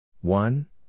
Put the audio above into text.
one